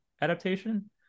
adaptation